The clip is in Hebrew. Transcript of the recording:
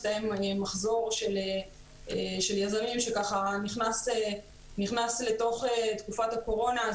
הסתיים מחזור של יזמים שנכנס לתוך תקופת הקורונה.